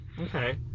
Okay